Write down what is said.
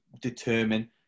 determine